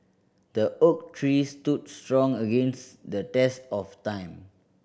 the oak tree stood strong against the test of time